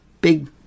big